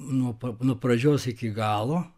nuo pa nuo pradžios iki galo